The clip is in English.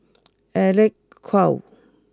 Alec Kuok